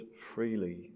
freely